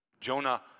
Jonah